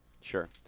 Sure